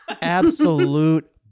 Absolute